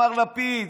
מר לפיד,